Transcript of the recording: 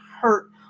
hurt